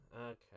Okay